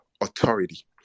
authority